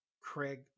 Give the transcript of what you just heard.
Craig